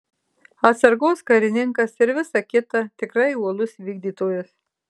atsargos karininkas ir visa kita tikrai uolus vykdytojas